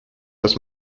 dass